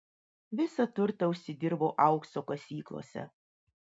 visą turtą užsidirbau aukso kasyklose